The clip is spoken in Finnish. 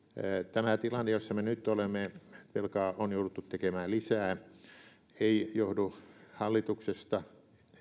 tämä tilanne jossa me nyt olemme velkaa on jouduttu tekemään lisää ei johdu hallituksesta